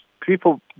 People